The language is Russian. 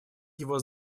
его